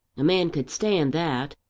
a man could stand that.